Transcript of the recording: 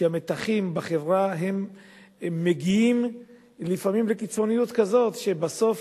שהמתחים בחברה מגיעים לפעמים לקיצוניות כזאת שבסוף